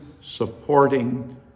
supporting